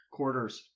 quarters